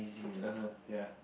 [uh huh] ya